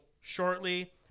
shortly